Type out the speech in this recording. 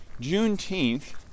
Juneteenth